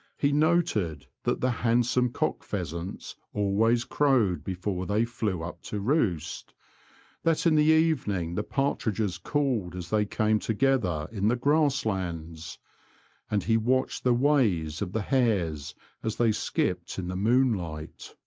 he noted that the hand some cock pheasants always crowed before they flew up to roost that in the evening the partridges called as they came together in the grass lands and he watched the ways of the hares as they skipped in the moonlight.